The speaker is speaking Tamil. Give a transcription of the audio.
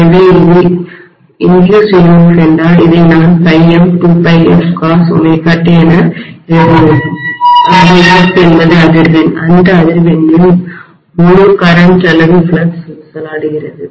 எனவே இது இன்டியூஸ்டு தூண்டப்பட்ட EMF என்றால் இதை நான் ∅m 2πfcos ωt என எழுத முடியும் அங்கு f என்பது அதிர்வெண் அந்த அதிர்வெண்ணில் முழு மின்னோட்டம்கரண்ட் அல்லது ஃப்ளக்ஸ் ஊசலாடுகிறது